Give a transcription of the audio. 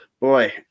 Boy